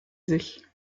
sich